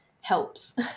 helps